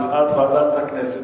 בעד ועדת הכנסת,